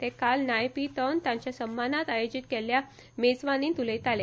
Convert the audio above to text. ते काल नाय पी तावत तांच्या भोवमानांत आयोजीत केल्ले मेजवानींत उलयताले